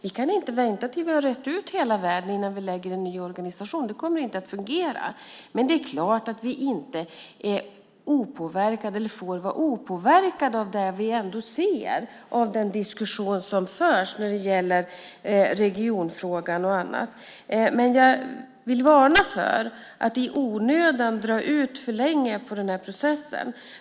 Vi kan inte vänta tills vi har rett ut hela världen innan vi skapar en ny organisation. Det kommer inte att fungera. Det är klart att vi inte är eller får vara opåverkade av den diskussion som förs när det gäller regionfrågan och annat. Men jag vill varna för att i onödan dra ut för länge på processen.